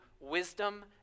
wisdom